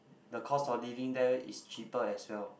the cost of living there is cheaper as well